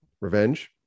Revenge